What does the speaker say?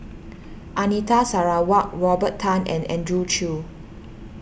Anita Sarawak Robert Tan and Andrew Chew